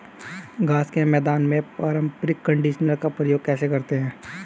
घास के मैदान में पारंपरिक कंडीशनर का प्रयोग कैसे करते हैं?